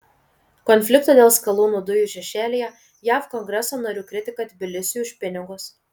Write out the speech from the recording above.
konflikto dėl skalūnų dujų šešėlyje jav kongreso narių kritika tbilisiui už pinigus